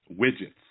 widgets